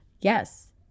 Yes